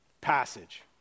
passage